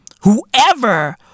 Whoever